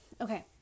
Okay